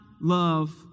love